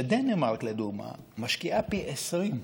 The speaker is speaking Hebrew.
שדנמרק, לדוגמה, משקיעה פי 20,